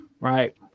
right